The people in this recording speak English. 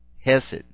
Hesed